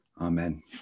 amen